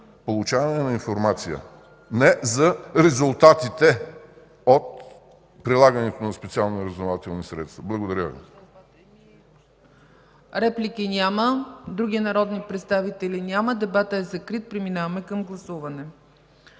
получаване на информация, а не за резултатите от прилагането на специални разузнавателни средства. Благодаря Ви.